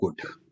good